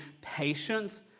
patience